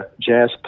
jazz